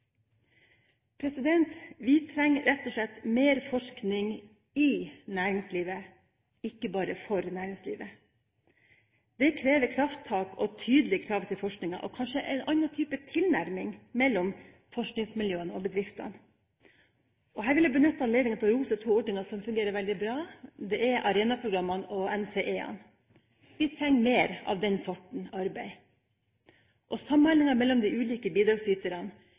Vi trenger rett og slett mer forskning i næringslivet, ikke bare for næringslivet. Det krever krafttak og tydelige krav til forskningen og kanskje en annen type tilnærming mellom forskningsmiljøene og bedriftene. Her vil jeg benytte anledningen til å rose to ordninger som fungerer veldig bra; det er Arena-programmene og NCE-ene. Vi trenger mer av den sorten arbeid! Samhandlingen mellom de ulike bidragsyterne